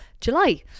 July